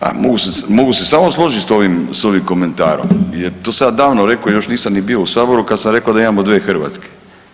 Pa mogu se, mogu se samo složit s ovim komentarom jer to sam ja davno rekao još nisam ni bio u saboru, kad sam rekao da imamo dvije Hrvatske.